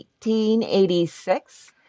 1886